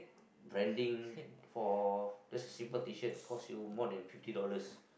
branding for just a simple T-shirt cost you more than fifty dollars